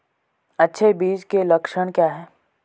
अच्छे बीज के लक्षण क्या हैं?